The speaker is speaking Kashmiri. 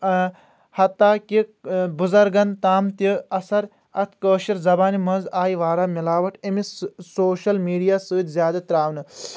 حتٰی کہ بُزرگن تام تہِ اثر اَتھ کأشر زبانہِ منٛز آیہِ واریاہ مِلاوٹ أمہِ سوشل میڈیا سۭتۍ زیٛادٕ تراونہٕ